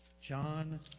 John